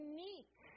Unique